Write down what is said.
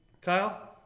Kyle